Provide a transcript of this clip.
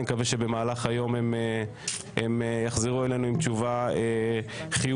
אני מקווה שבמהלך היום הן תחזורנה אלינו עם תשובה חיובית,